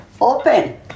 Open